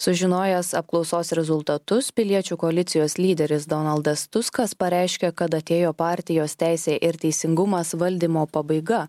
sužinojęs apklausos rezultatus piliečių koalicijos lyderis donaldas tuskas pareiškė kad atėjo partijos teisė ir teisingumas valdymo pabaiga